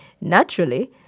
naturally